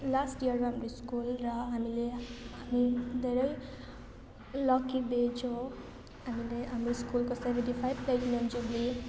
last इयरमा हाम्रो school र हामीले हा हामी धेरै लक्की ब्याच हो हामीले हाम्रो स्कुलको सेभेन्टी फाइभ प्लेटिनम जुब्ली